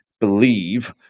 believe